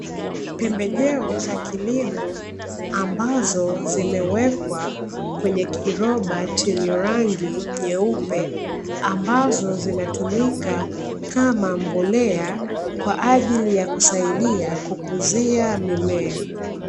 Pembejeo za kilimo ambazo zimewekwa kwenye kiroba chenye rangi nyeupe, ambazo zinatumika kama mbolea kwa ajili ya kusaidia kukuzia mimea.